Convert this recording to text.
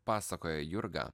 pasakojo jurga